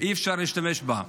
אי-אפשר להשתמש בה.